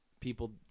People